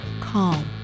calm